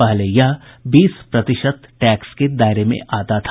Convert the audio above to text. पहले यह बीस प्रतिशत टैक्स के दायरे में आता था